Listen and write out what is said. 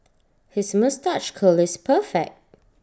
his moustache curl is perfect